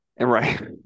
right